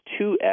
2X